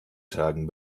tagen